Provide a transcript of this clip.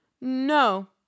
No